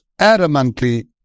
adamantly